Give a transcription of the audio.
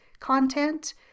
Content